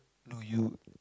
no you